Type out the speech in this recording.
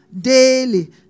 daily